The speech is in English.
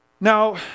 Now